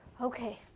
Okay